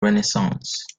renaissance